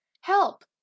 Help